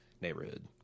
neighborhood